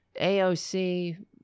AOC